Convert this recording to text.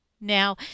now